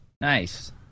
Nice